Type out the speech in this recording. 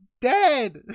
dead